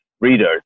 readers